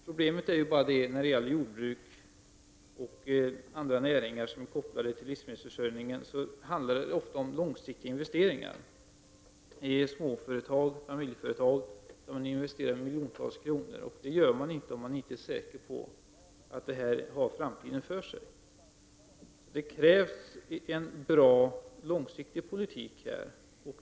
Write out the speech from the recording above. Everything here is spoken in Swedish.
Problemet när det gäller jordbruk och andra näringar som är kopplade till livsmedelsförsörjning är att det ofta handlar om långsiktiga investeringar i småföretag och familjeföretag. Man har investerat för miljontals kronor. Det gör man inte om man inte är säker på att verksamheten har framtiden för sig. Det krävs en bra långsiktig politik.